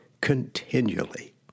continually